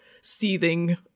seething